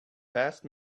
passed